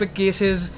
cases